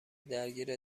درگیر